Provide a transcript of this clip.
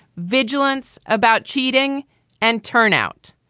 vigilance about cheating and turnout.